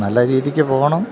നല്ല രീതിക്ക് പോകണം